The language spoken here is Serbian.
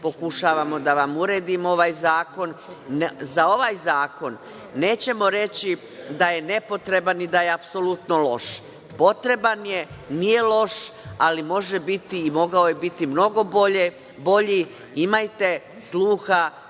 pokušavamo da vam uredimo ovaj zakon. Za ovaj zakon nećemo reći da je nepotreban i da je apsolutno loš, potreban je, nije loš, ali može biti i mogao je biti mnogo bolji. Imajte sluha